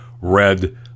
red